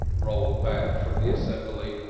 rolled back from the assembly,